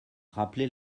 rappeler